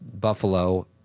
Buffalo